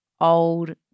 old